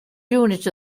unit